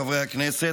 חברי הכנסת,